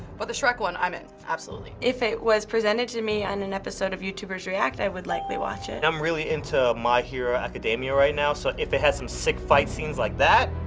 but the shrek one, i'm in. absolutely. if it was presented to me on an episode of youtubers react, i would likely watch it. i'm really into my hero academia right now, so if it had some sick fight scenes like that,